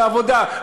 לעבודה.